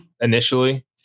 initially